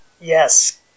Yes